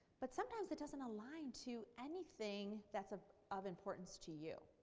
but sometimes it doesn't align to anything that's ah of importance to you.